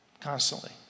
constantly